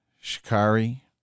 Shikari